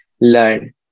learn